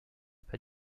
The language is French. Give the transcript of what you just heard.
pas